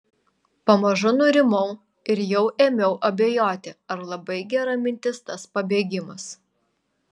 pamažu nurimau ir jau ėmiau abejoti ar labai gera mintis tas pabėgimas